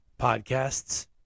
podcasts